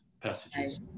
passages